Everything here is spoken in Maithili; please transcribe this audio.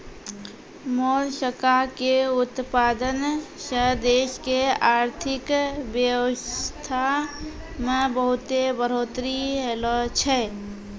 मोलसका के उतपादन सें देश के आरथिक बेवसथा में बहुत्ते बढ़ोतरी ऐलोॅ छै